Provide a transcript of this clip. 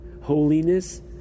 holiness